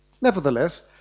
Nevertheless